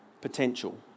potential